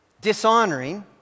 dishonoring